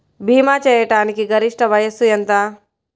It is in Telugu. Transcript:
భీమా చేయాటానికి గరిష్ట వయస్సు ఎంత?